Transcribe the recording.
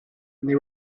they